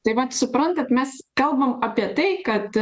tai vat suprantat mes kalbam apie tai kad